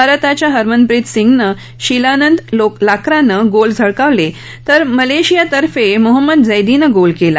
भारताच्या हरमनप्रित सिंग आणि शिलानंद लाक्रानं गोल झळकावले तर मलेशियातर्फे मुहम्मद झैदीनं गोल केला